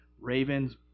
Ravens